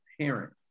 parent